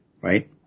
right